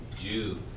Jew